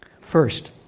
First